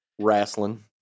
Wrestling